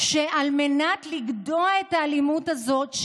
שעל מנת לגדוע את האלימות הזאת,